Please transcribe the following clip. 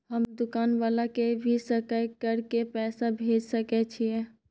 हम दुकान वाला के भी सकय कर के पैसा भेज सके छीयै?